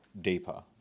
deeper